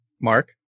Mark